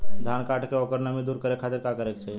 धान कांटेके ओकर नमी दूर करे खाती का करे के चाही?